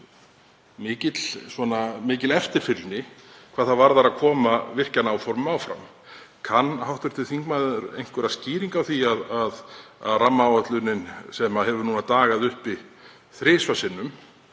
mikil eftirfylgni sé hvað það varðar að koma virkjunaráformum áfram. Kann hv. þingmaður einhverja skýringu á því að rammaáætlunin, sem hefur dagað uppi þrisvar sinnum,